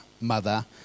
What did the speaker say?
mother